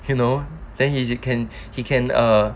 you know then he can he can err